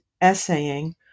essaying